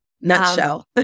Nutshell